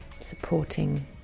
supporting